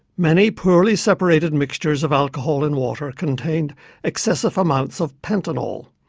many poorly separated mixtures of alcohol in water contained excessive amounts of pentanol,